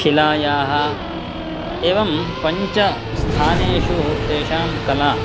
शिलायाः एवं पञ्चस्थानेषु तेषां कला